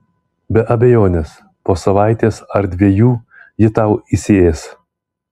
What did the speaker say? be abejonės po savaitės ar dviejų ji tau įsiės